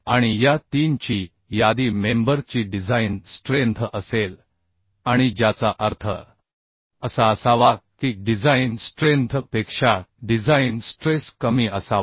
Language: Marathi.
आणि या 3 ची यादी मेंबर ची डिझाइन स्ट्रेंथ असेल आणि ज्याचा अर्थ असा असावा की डिझाइन स्ट्रेंथ पेक्षा डिझाइन स्ट्रेस कमी असावा